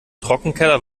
trockenkeller